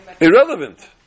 Irrelevant